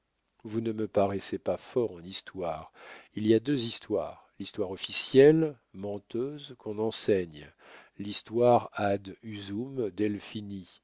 vous ne me paraissez pas fort en histoire il y a deux histoires l'histoire officielle menteuse qu'on enseigne l'histoire ad